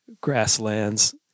grasslands